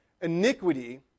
Iniquity